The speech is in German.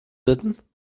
bitten